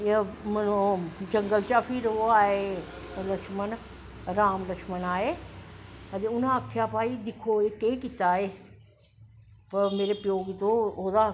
मतलव जंगल चा ओह् आए लक्ष्मण राम लक्ष्मण आए ते उनैं आक्खेआ दिक्खो भाई केह् कीता एह् मेरे प्यो गी तूं ओह्दा